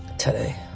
today.